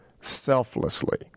selflessly